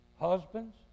Husbands